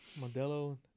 Modelo